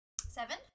seven